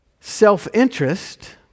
Self-interest